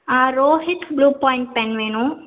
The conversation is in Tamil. ஆ ரோஹித் ப்ளூ பாயிண்ட் பென் வேணும்